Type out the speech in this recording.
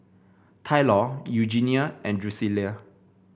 Tylor Eugenia and Drucilla